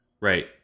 Right